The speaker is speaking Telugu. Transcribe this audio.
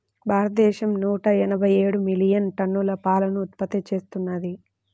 భారతదేశం నూట ఎనభై ఏడు మిలియన్ టన్నుల పాలను ఉత్పత్తి చేస్తున్నది